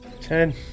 Ten